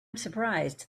surprised